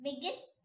Biggest